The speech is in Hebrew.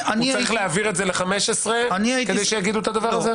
צריך להעביר את זה ל-15 כדי שיגידו את זה?